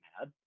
mad